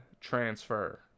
transfer